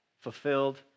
fulfilled